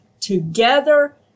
together